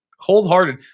cold-hearted